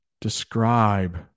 describe